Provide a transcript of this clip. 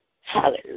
Hallelujah